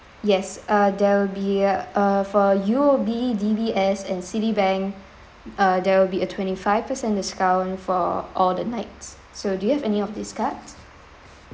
yes uh there will be uh for U_O_B D_B_S and Citibank uh there will be a twenty five percent discount for all the nights so do you have any of these card